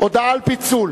הודעה על פיצול.